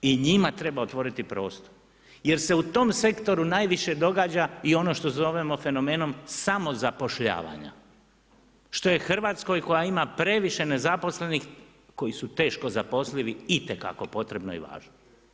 I njima treba otvoriti prostor jer se u tom sektoru najviše događa i ono što zovemo fenomenom samozapošljavanja što je Hrvatskoj koja ima previše nezaposlenih koji su teško zaposlivi, itekako potrebno i važno.